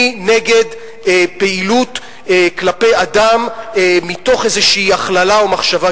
אני נגד פעילות כלפי אדם מתוך איזושהי הכללה או מחשבה גזענית,